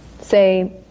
say